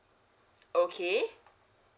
okay